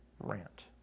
rant